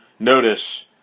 Notice